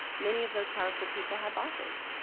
many of those powerful people have bosses.